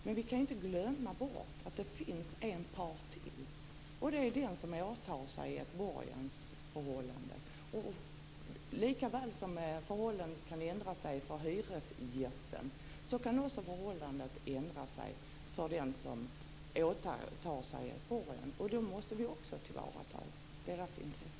Men vi skall inte glömma att det finns en part till. Det är den som gör ett borgensåtagande. Likaväl som förhållandena kan ändra sig för hyresgästerna kan de ändra sig för dem som gör ett borgensåtagande. Då måste vi också tillvarata deras intressen.